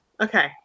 Okay